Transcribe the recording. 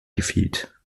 defeat